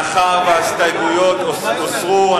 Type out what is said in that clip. מאחר שההסתייגויות הוסרו,